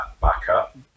backup